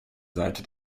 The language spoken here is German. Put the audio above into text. seite